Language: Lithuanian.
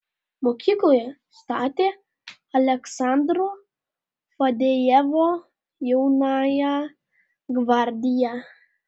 mokykloje statė aleksandro fadejevo jaunąją gvardiją